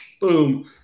boom